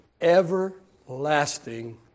everlasting